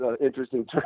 interesting